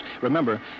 Remember